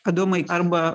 adomai arba